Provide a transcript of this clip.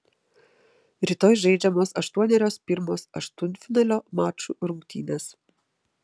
rytoj žaidžiamos aštuonerios pirmos aštuntfinalio mačų rungtynės